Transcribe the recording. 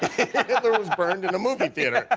was burned in a movie theater.